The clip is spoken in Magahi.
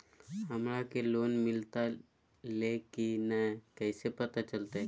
हमरा के लोन मिलता ले की न कैसे पता चलते?